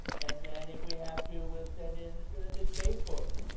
and then if we have to, we'll send in the space force.